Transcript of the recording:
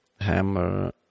hammer